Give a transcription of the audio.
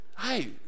hey